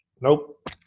Nope